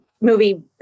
movie